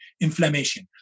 inflammation